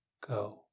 go